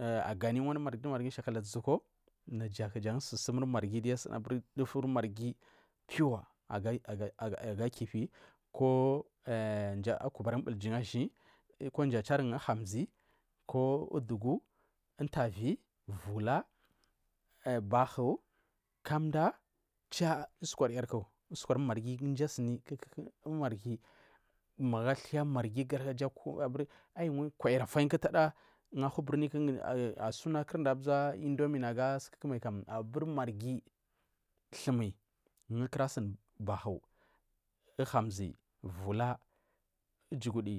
Agani wandu marghi jan shakala nduzu naku jan sursumuri marghi ja duyu asuni aburi dufuri marghi piwu aga kifi ko akubari ubirgiga iziyi ko uhamgi ko ubdugu ko umfavi ko vula bahu kamda cha usukwaryarku magu athai marghi gargaya ayi kwayir afai kuma ugu ahu ubirniku ցa sunarkur angnal undomi abur marghi thumi ungu kurasini bahy uhamzi vula, ujugudi